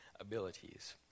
abilities